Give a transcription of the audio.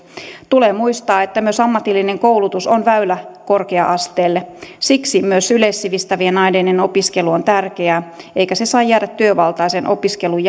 tulee muistaa että myös ammatillinen koulutus on väylä korkea asteelle siksi myös yleissivistävien aineiden opiskelu on tärkeää eikä se saa jäädä työvaltaisen opiskelun